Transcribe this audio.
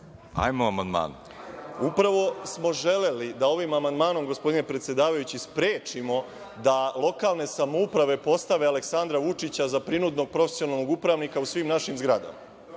Obradović** Upravo smo želeli da ovim amandmanom, gospodine predsedavajući, sprečimo da lokalne samouprave postave Aleksandra Vučića za prinudnog profesionalnog upravnika u svim našim zgradama.